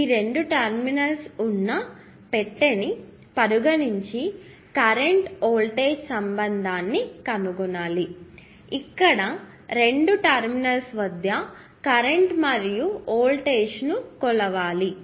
ఈ రెండు టెర్మినల్స్ ఉన్న పెట్టె ని పరిగణించి కరెంట్ వోల్టేజ్ సంబంధాన్ని కనుగొనాలి ఇక్కడ రెండు టెర్మినల్స్ వద్ద కరెంటు మరియు వోల్టేజ్ ని కొలవాలి